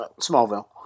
Smallville